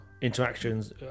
interactions